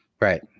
Right